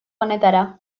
honetara